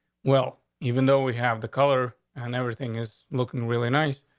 well, even though we have the color and everything is looking really nice,